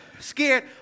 Scared